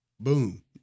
boom